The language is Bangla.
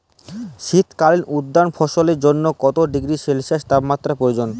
শীত কালীন উদ্যান ফসলের জন্য কত ডিগ্রী সেলসিয়াস তাপমাত্রা প্রয়োজন?